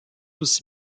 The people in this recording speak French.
aussi